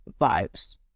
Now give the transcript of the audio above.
vibes